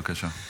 בבקשה.